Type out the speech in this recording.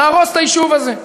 להרוס את היישוב הזה.